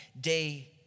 day